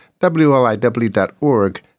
WLIW.org